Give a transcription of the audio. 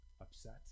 upset